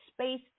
space